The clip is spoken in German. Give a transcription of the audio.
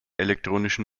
elektronischen